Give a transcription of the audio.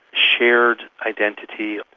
shared identity.